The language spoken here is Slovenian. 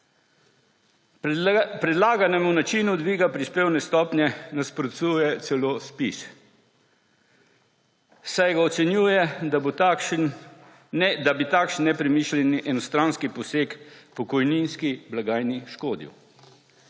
Predlaganemu načinu dviga prispevne stopnje nasprotuje celo ZPIZ, saj ocenjuje, da bi takšen nepremišljen enostranski poseg pokojninski blagajni škodil.